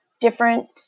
different